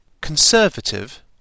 Conservative